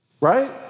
right